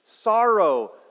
sorrow